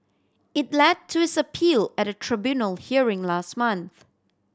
it led to his appeal at a tribunal hearing last month